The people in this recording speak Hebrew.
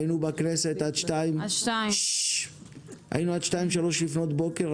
היינו עד 2:00, 3:00 לפנות בוקר.